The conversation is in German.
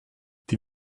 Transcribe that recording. die